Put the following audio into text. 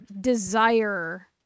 desire